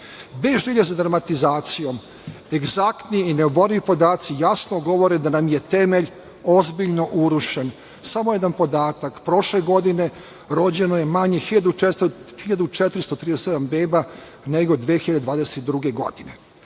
Bez želje za dramatizacijom, egzaktni i neoborivi podaci jasno govore da nam je temelj ozbiljno urušen. Samo jedan podatak. Prošle godine rođeno je manje 1.437 beba nego 2022. godine. Zbog